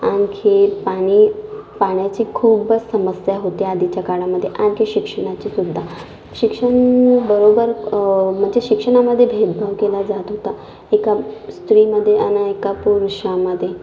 आणखी पाणी पाण्याची खूपच समस्या होत्या आधीच्या काळामध्ये आणखी शिक्षणाची सुद्धा शिक्षण बरोबर म्हणजे शिक्षणामध्ये भेदभाव केला जात होता एका स्त्रीमध्ये आणि एका पुरुषामध्ये